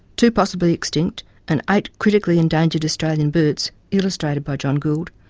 two possibly extinct and eight critically endangered australian birds illustrated by john gould,